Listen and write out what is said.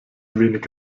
wenig